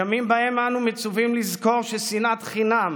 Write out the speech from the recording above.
ימים שבהם אנו מצווים לזכור ששנאת חינם